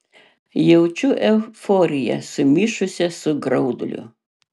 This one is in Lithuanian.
jaučiu euforiją sumišusią su grauduliu